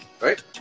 Right